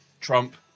Trump